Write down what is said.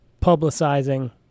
publicizing